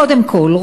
קודם כול,